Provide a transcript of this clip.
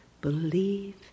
believe